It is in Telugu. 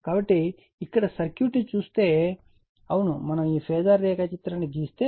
కాబట్టి ఇక్కడ సర్క్యూట్ ని చూస్తే అవును మనం ఈ ఫేజార్ రేఖాచిత్రాన్ని గీస్తే